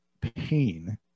pain